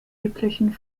üblichen